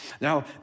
Now